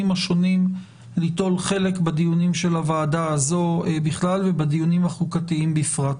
השונים ליטול חלק בדיוני הוועדה בכלל ובדיונים החוקתיים בפרט.